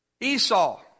Esau